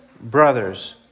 brothers